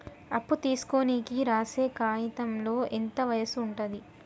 అప్పు తీసుకోనికి రాసే కాయితంలో ఎంత వయసు ఉంటది?